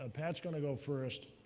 ah pat's going to go first.